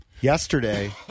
yesterday